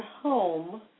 home